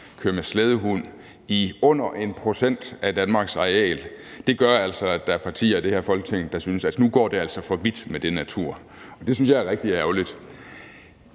køre med slædehunde i under 1 pct. af Danmarks areal, gør altså, at der er partier i det her Folketing, der synes, at nu går det altså for vidt med det med natur. Det synes jeg er rigtig ærgerligt.